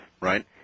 Right